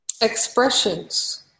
expressions